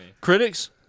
Critics